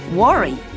worry